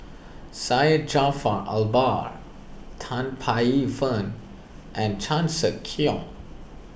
Syed Jaafar Albar Tan Paey Fern and Chan Sek Keong